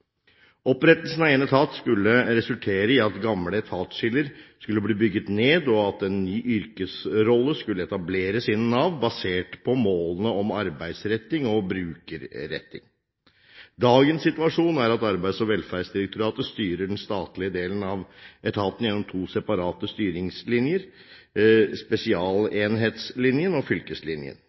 Opprettelsen av én etat skulle resultere i at gamle etatsskiller skulle bli bygget ned, og at en ny yrkesrolle skulle etableres innen Nav, basert på målene om arbeidsretting og brukerretting. Dagens situasjon er at Arbeids- og velferdsdirektoratet styrer den statlige delen av etaten gjennom to separate styringslinjer: spesialenhetslinjen og fylkeslinjen.